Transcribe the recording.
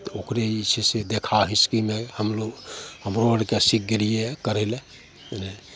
तऽ ओकरे जे छै से देखा हिसकीमे हमरहु हमरहु आओरके सिखि गेलिए यऽ करै ले